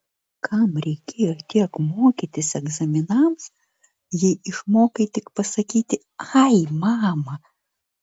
kam reikėjo tiek mokytis egzaminams jei išmokai tik pasakyti ai mama